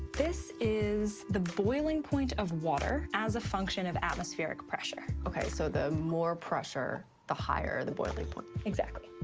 this is the boiling point of water as a function of atmospheric pressure. okay, so the more pressure, the higher the boiling point. exactly.